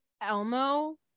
elmo